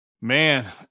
man